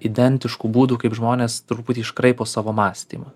identiškų būdų kaip žmonės truputį iškraipo savo mąstymą